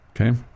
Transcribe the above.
okay